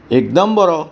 एकदम बरो